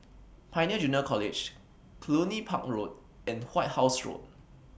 Pioneer Junior College Cluny Park Road and White House Road